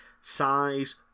size